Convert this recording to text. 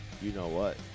you-know-what